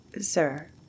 sir